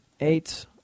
eight